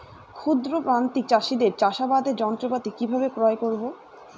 ক্ষুদ্র প্রান্তিক চাষীদের চাষাবাদের যন্ত্রপাতি কিভাবে ক্রয় করব?